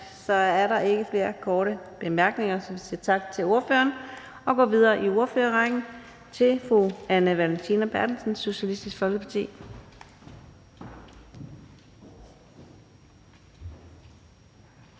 Så er der ikke flere korte bemærkninger, så vi siger tak til ordføreren og går videre i ordførerrækken til fru Anne Valentina Berthelsen, Socialistisk Folkeparti.